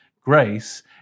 grace